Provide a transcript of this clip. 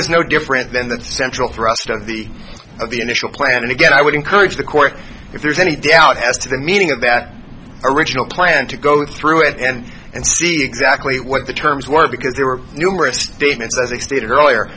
was no different than the central thrust of the of the initial plan and again i would encourage the court if there's any doubt as to the meaning of that original plan to go through it and and see exactly what the terms were because there were numerous statements as i stated earlier